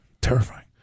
Terrifying